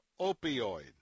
Opioid